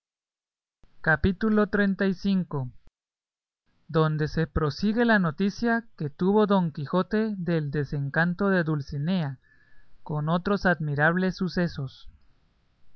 capítulo siguiente capítulo xxxv donde se prosigue la noticia que tuvo don quijote del desencanto de dulcinea con otros admirables sucesos